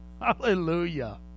Hallelujah